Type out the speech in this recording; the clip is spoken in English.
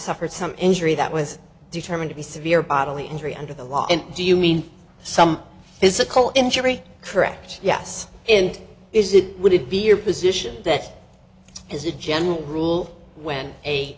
suffered some injury that was determined to be severe bodily injury under the law and do you mean some physical injury correct yes and is it would it be your position that as a general rule when a